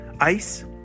ice